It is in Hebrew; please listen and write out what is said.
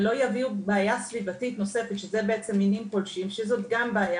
ולא יביאו בעיה סביבתית נוספת שזאת גם בעיה